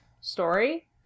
story